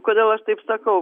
kodėl aš taip sakau